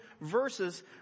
verses